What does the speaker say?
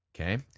Okay